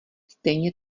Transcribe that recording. stejně